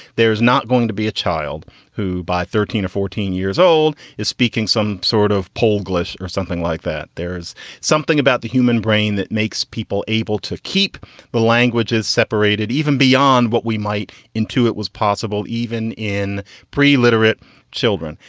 there's not going to be a child who by thirteen or fourteen years old, is speaking some sort of pole gless or something like that. there's something about the human brain that makes people able to keep the languages separated, even beyond what we might into it was possible even in pre literate children.